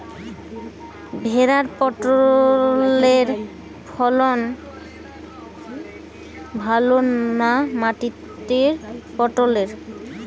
ভেরার পটলের ফলন ভালো না মাটির পটলের?